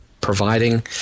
providing